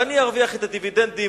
ואני ארוויח את הדיבידנדים,